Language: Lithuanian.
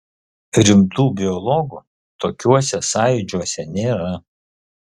rimtų biologų tokiuose sąjūdžiuose nėra